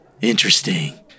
interesting